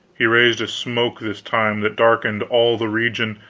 he raised a smoke this time that darkened all the region,